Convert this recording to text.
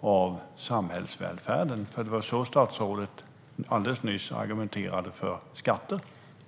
av samhällets välfärd? Det var på det viset statsrådet alldeles nyss argumenterade för skatter.